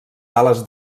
bales